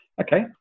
Okay